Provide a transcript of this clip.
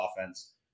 offense